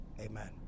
Amen